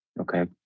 Okay